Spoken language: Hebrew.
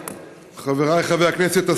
חבריי חברי הכנסת,